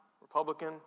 Republican